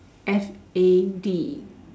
F A D